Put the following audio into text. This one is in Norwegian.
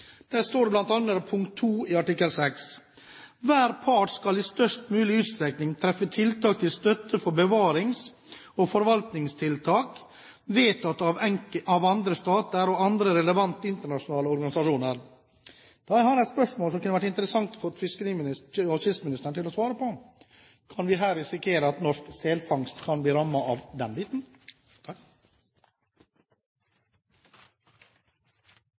der står det i punkt 2: «Hver part skal i størst mulig utstrekning treffe tiltak til støtte for bevarings- og forvaltningstiltak vedtatt av andre stater og andre relevante internasjonale organisasjoner.» Da har jeg et spørsmål som det kunne vært interessant å få fiskeri- og kystministeren til å svare på: Kan vi risikere at norsk selfangst kan bli rammet av